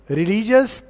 religious